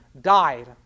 died